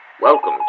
welcome